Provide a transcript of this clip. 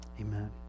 amen